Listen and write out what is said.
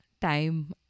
time